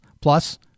Plus